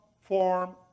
form